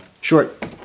short